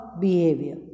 behavior